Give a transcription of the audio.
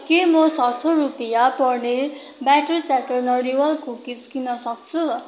के म छ सौ रुपियाँ पर्ने ब्याटर च्याटर नरिवल कुकिज किन्नसक्छु